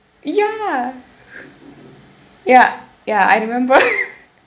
ya ya ya I remember